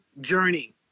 journey